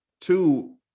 two